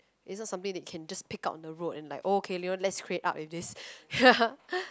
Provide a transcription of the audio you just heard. is not something that they can just pick up on the road and like okay Leo let's create up with this